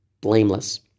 blameless